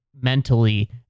mentally